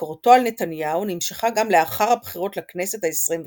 ביקורתו על נתניהו נמשכה גם לאחר הבחירות לכנסת העשרים וחמש.